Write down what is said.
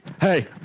hey